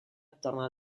attorno